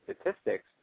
statistics